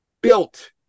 built